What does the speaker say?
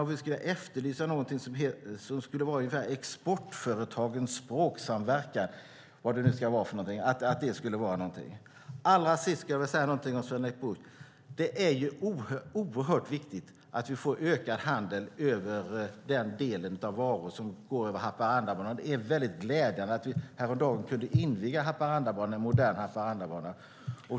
Jag skulle vilja efterlysa någonting som är ungefär exportföretagens språksamverkan - vad det nu kan vara. Allra sist vill jag säga någonting till Sven-Erik Bucht. Det är oerhört viktigt att vi får ökad handel med de varor som går över Haparanda. Det var väldigt glädjande att vi häromdagen kunde inviga den moderna Haparandabanan.